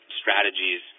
strategies